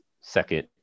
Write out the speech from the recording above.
second